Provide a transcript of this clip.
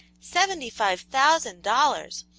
seventy-five thousand dollars!